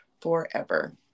forever